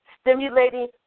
Stimulating